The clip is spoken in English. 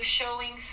showing